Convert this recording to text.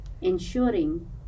ensuring